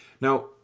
Now